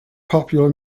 popular